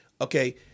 Okay